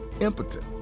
impotent